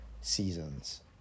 seasons